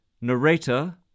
narrator